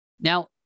Now